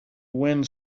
wind